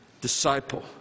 disciple